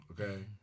okay